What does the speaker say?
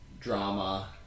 drama